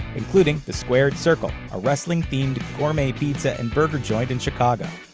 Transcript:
including the squared circle, a wrestling-themed gourmet pizza and burger joint in chicago.